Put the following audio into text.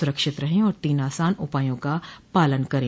सुरक्षित रहें और तीन आसान उपायों का पालन करें